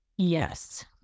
yes